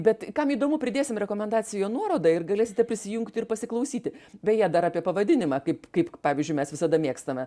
bet kam įdomu pridėsim rekomendacijų nuorodą ir galėsite prisijungti ir pasiklausyti beje dar apie pavadinimą kaip kaip pavyzdžiui mes visada mėgstame